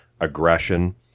aggression